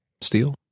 steel